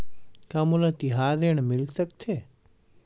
का मोला तिहार ऋण मिल सकथे?